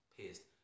pissed